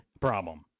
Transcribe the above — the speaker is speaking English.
problem